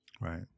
Right